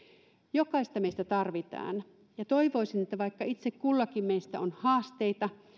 jokaista meistä tarvitaan ja toivoisin että vaikka itse kullakin meistä on haasteita